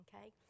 okay